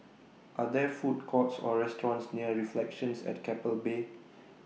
Are There Food Courts Or restaurants near Reflections At Keppel Bay